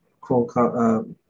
cool